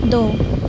ਦੋ